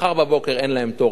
מחר בבוקר אין להם תור,